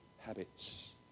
habits